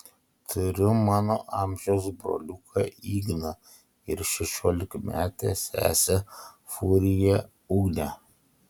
turiu mano amžiaus broliuką igną ir šešiolikametę sesę furiją ugnę